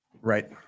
right